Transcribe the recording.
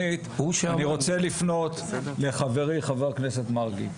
שנית, אני רוצה לפנות לחברי חבר הכנסת מרגי.